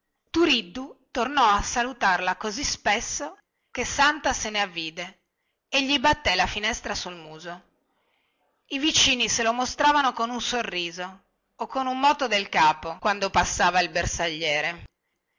turiddu tornò a salutarla così spesso che santa se ne avvide e gli battè la finestra sul muso i vicini se lo mostravano con un sorriso o con un moto del capo quando passava il bersagliere